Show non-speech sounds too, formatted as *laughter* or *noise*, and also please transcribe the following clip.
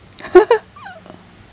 *laughs*